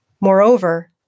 Moreover